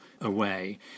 away